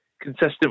consistent